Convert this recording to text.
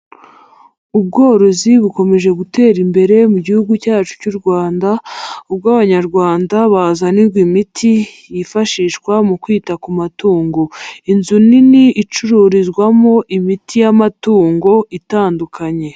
Ubworozi bukomeje gutera imbere mu gihugu cyacu cy'u Rwanda, ubwo abanyarwanda bazanirwa imiti yifashishwa mu kwita ku matungo, inzu nini icururizwamo imiti y'amatungo itandukanye.